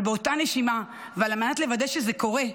אבל באותה נשימה, ועל מנת לוודא שזה קורה,